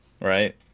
right